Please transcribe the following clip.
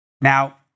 Now